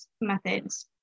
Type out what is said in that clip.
methods